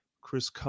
Chris